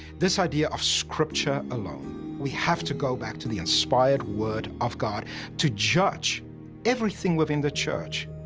this idea of scripture alone we have to go back to the inspired word of god to judge everything within the church.